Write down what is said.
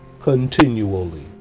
continually